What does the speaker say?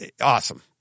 awesome